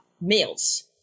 males